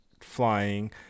flying